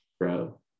grow